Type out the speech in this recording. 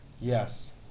yes